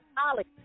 Ollie